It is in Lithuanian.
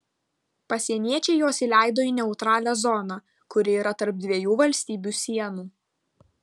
pasieniečiai juos įleido į neutralią zoną kuri yra tarp dviejų valstybių sienų